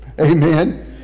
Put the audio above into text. Amen